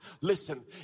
Listen